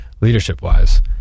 leadership-wise